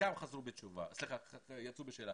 שחלקם יצאו בשאלה